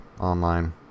online